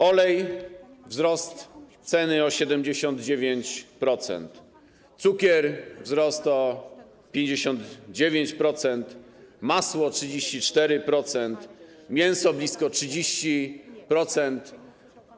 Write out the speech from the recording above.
Olej - wzrost ceny o 79%, cukier - wzrost o 59%, masło - 34%, mięso - blisko 30%.